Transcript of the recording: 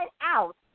out